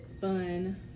fun